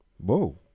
Whoa